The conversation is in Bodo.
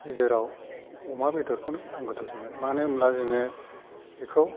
जेराव अमा बेदरखौनो आं गोथावसिन मोनो मानो होनब्ला जोङो बेखौ